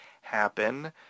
happen